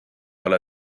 ole